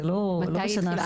זה לא בשנה אחת.